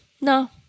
no